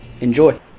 Enjoy